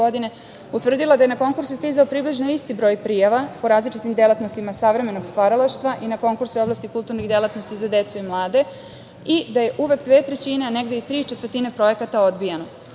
utvrdila da je na konkurse stizao približno isti broj prijava po različitim delatnostima savremenog stvaralaštva i na konkurse u oblasti kulturne delatnosti za decu i mlade i da je uvek dve trećine, a nege i tri četvrtine projekata odbijeno. Čitajući